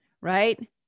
right